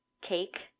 cake